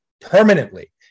permanently